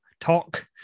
talk